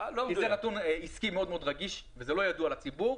זה נתון עסקי מאוד מאוד רגיש והוא לא ידוע לציבור.